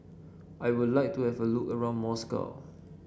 I would like to have a look around Moscow